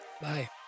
Bye